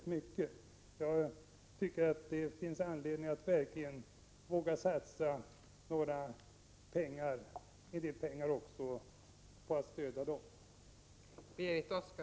Jag tycker verkligen att det finns anledning att våga satsa en del pengar också på att stödja radioorganisationerna.